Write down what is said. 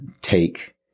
take